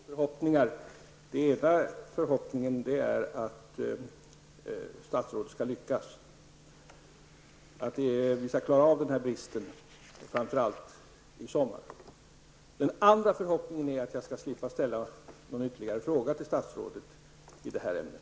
Herr talman! Avslutningsvis vill jag framföra två förhoppningar. Den ena är att statsrådet skall lyckas, dvs. att vi skall klara av den här bristen framför allt i sommare. Den andra förhoppningen är att jag skall slippa ställa någon ytterligare fråga till statsrådet i det här ämnet.